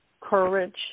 courage